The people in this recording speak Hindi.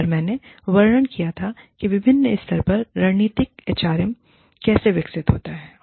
और मैंने वर्णन किया था कि विभिन्न स्तरों पर रणनीतिक एचआरएम कैसे विकसित होता है